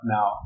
Now